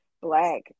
Black